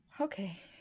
Okay